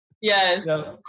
Yes